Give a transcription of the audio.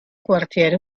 quartiere